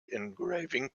engraving